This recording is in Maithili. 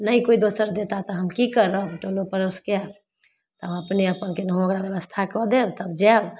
नहि कोइ दोसर देताह तऽ हम की करब टोलो पड़ोसके तऽ हम अपने अपन केनाहु ओकरा व्यवस्था कऽ देब तब जायब